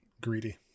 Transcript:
greedy